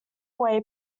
away